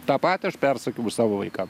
tą patį aš persakiau savo vaikam